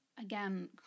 again